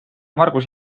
margus